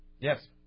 Yes